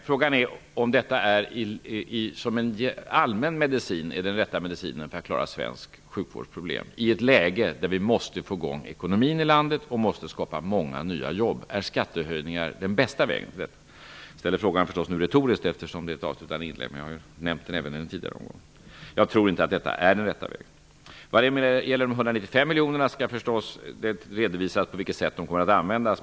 Frågan är om detta är den rätta medicinen, allmänt sett, för att klara svensk sjukvårds problem, i ett läge där vi måste få i gång ekonomin i landet och måste skapa många nya jobb. Är skattehöjningar den bästa vägen till detta? Jag ställer frågan nu retoriskt, eftersom detta är ett avslutande inlägg, men jag har nämnt den även i de tidigare omgångarna. Jag tror inte att detta är den rätta vägen. När det gäller de 195 miljonerna skall förstås redovisas på vilket sätt de kommer att användas.